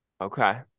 Okay